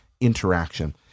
interaction